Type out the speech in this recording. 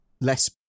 Less